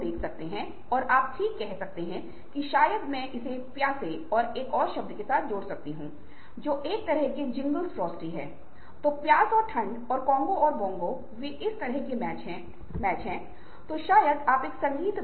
तो संस्कृति एक ऐसा संवेदनशील मुद्दा है जिसे अब हर कोई सोचता है कि उसकी संस्कृति दुनिया में सबसे अच्छी है